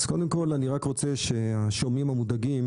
אני רוצה שהשומעים המודאגים